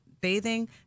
bathing